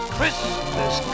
Christmas